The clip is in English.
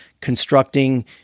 constructing